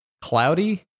cloudy